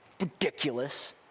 ridiculous